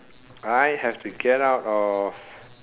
I have to get out of